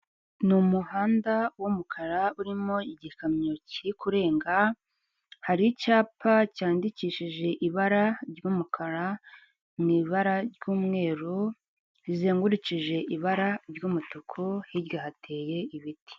Ni umuhanda w'umukara urimo igikamyo kiri kurenga, hari icyapa cyandikishije ibara ry'umukara mu ibara ry'umweru rizengurukije ibara ry'umutuku, hirya hateye ibiti.